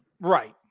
Right